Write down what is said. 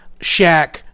Shaq